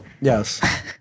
Yes